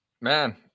Man